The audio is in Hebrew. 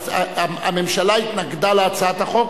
הממשלה התנגדה להצעת החוק,